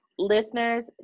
Listeners